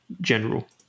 general